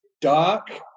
dark